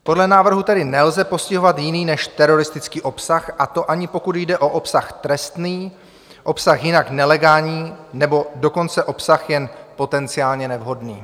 Podle návrhu tedy nelze postihovat jiný než teroristický obsah, a to ani pokud jde o obsah trestný, obsah jinak nelegální, nebo dokonce obsah jen potenciálně nevhodný.